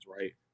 right